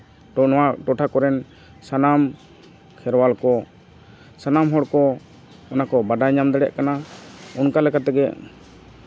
ᱱᱚᱣᱟ ᱴᱚᱴᱷᱟ ᱠᱚᱨᱮᱱ ᱥᱟᱱᱟᱢ ᱠᱷᱮᱨᱣᱟᱞ ᱠᱚ ᱥᱟᱱᱟᱢ ᱦᱚᱲ ᱠᱚ ᱚᱱᱟᱠᱚ ᱵᱟᱰᱟᱭ ᱧᱟᱢ ᱫᱟᱲᱮᱭᱟᱜ ᱠᱟᱱᱟ ᱚᱱᱠᱟ ᱞᱮᱠᱟ ᱛᱮᱜᱮ